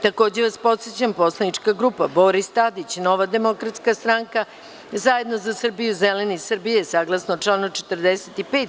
Takođe vas podsećam da je poslanička grupa Boris Tadić – Nova demokratska stranka, Zajedno za Srbiju, Zeleni Srbije, saglasno članu 45.